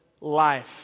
life